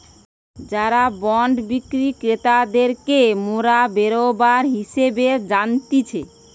যারা বন্ড বিক্রি ক্রেতাদেরকে মোরা বেরোবার হিসেবে জানতিছে